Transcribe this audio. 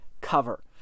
cover